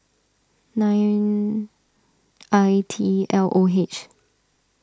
nine I T L O H